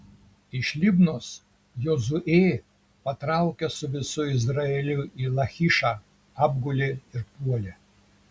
iš libnos jozuė patraukė su visu izraeliu į lachišą apgulė ir puolė